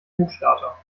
hochstarter